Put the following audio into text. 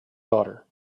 daughter